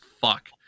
fuck